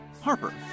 Harper